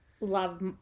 love